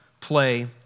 play